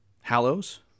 Hallow's